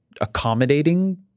accommodating